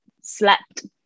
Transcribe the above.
slept